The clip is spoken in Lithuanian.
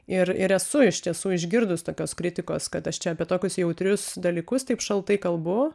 ir ir esu iš tiesų išgirdus tokios kritikos kad aš čia apie tokius jautrius dalykus taip šaltai kalbu